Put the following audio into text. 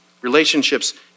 Relationships